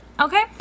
Okay